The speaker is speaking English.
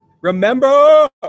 Remember